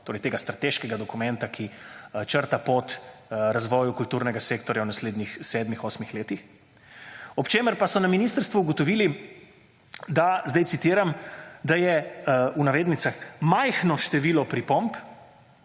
torej tega strateškega dokumenta, ki črta pot razvoju kulturnega sektorja v naslednjih sedmih, osmih letih, ob čemer pa so na ministrstvu ugotovili, da, zdaj citiram, da je, v navednicah, »majhno število pripomb…«